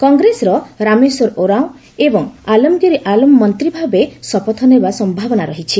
କଂଗ୍ରେସର ରାମେଶ୍ୱର ଓରାଓଁ ଏବଂ ଆଲମ୍ଗିର ଆଲମ୍ ମନ୍ତ୍ରୀଭାବେ ଶପଥ ନେବା ସମ୍ଭାବନା ରହିଛି